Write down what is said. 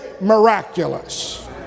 miraculous